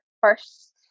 first